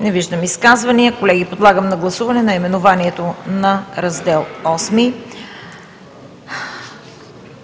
Не виждам. Колеги, подлагам на гласуване наименованието на Раздел VIII;